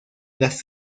las